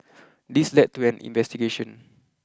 this led to an investigation